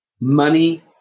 money